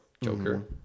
Joker